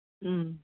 ꯎꯝ